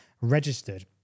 registered